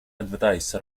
advertise